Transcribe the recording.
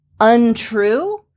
untrue